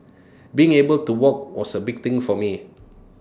being able to walk was A big thing for me